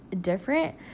different